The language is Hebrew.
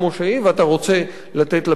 ואתה רוצה לתת לה פתרון.